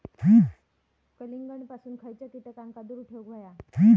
कलिंगडापासून खयच्या कीटकांका दूर ठेवूक व्हया?